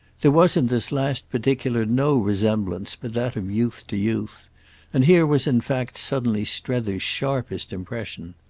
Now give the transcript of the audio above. there was in this last particular no resemblance but that of youth to youth and here was in fact suddenly strether's sharpest impression.